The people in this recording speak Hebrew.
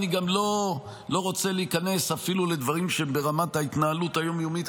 אני גם לא רוצה להיכנס אפילו לדברים שהם ברמת ההתנהלות היום-יומית.